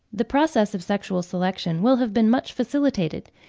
the process of sexual selection will have been much facilitated,